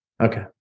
Okay